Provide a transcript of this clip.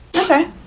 Okay